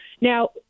Now